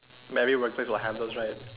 mary workplace will have those right